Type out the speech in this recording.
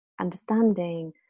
understanding